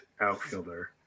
outfielder